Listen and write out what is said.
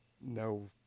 no